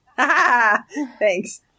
thanks